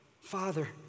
Father